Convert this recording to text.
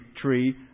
tree